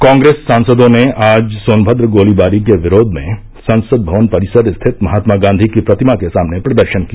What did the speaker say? कांग्रेस सांसदों ने आज सोनभद्र गोलीबारी के विरोध में संसद भवन परिसर स्थित महात्मा गांधी की प्रतिमा के सामने प्रदर्शन किया